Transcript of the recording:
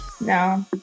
No